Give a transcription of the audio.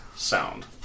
sound